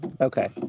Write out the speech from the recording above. Okay